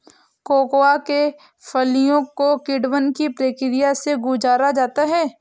cocoa के फलियों को किण्वन की प्रक्रिया से गुजारा जाता है